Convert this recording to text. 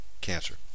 cancer